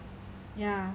ya